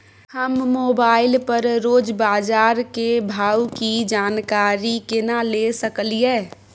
हम मोबाइल पर रोज बाजार के भाव की जानकारी केना ले सकलियै?